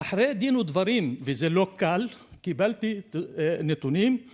אחרי דין ודברים וזה לא קל קיבלתי נתונים